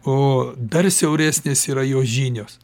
o dar siauresnės yra jo žinios